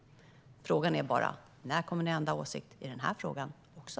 Frågan är bara när man kommer att ändra åsikt i den här frågan också?